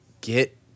get